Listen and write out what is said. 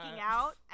out